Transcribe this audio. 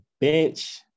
bench